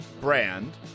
brand